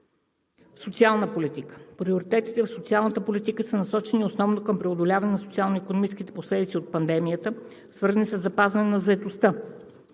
Социална политика Приоритетите в социалната политика са насочени основно към преодоляване на социално-икономическите последици от пандемията, свързани със запазване на заетостта,